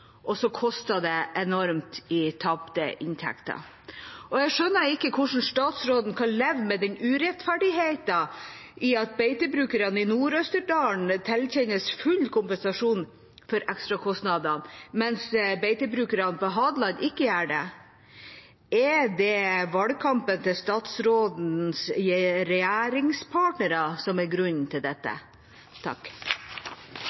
det koster enormt mye i form av tapte inntekter. Jeg skjønner ikke hvordan statsråden kan leve med den urettferdigheten at beitebrukerne i Nord-Østerdal ikke tilkjennes full kompensasjon for ekstrakostnader, mens beitebrukerne på Hadeland gjør det. Er valgkampen til statsrådens regjeringspartnere grunnen til dette? Debatten om ulveforvaltningen er